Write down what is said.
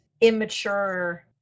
immature